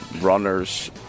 runners